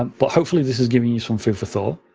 um but hopefully, this has given you some food for thought.